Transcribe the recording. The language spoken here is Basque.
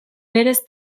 berez